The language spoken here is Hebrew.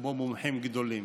כמו מומחים גדולים.